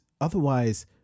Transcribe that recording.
otherwise